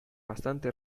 bastante